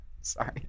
sorry